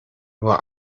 nur